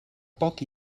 poc